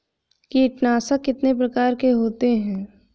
कीटनाशक कितने प्रकार के होते हैं?